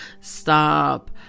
Stop